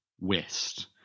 west